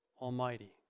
almighty